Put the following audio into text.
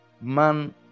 man